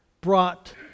brought